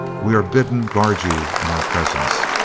we are bidden guard you in our presence,